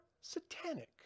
satanic